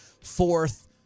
fourth